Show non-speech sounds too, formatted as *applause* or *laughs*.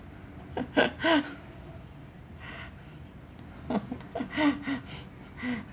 *laughs* *laughs*